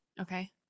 Okay